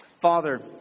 Father